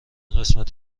قسمت